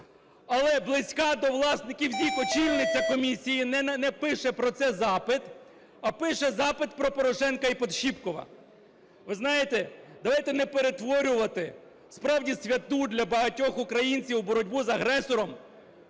Але близька до власників ZIK очільниця комісії не пише про це запит, а пише запит про Порошенка і Подщіпкова. Ви знаєте, давайте не перетворювати справді святу для багатьох українців боротьбу з агресором